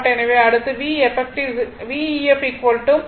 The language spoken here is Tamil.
எனவே அடுத்து Vef I Zef